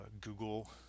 Google